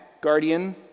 guardian